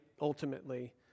ultimately